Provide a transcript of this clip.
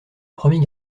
premier